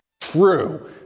true